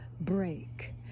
break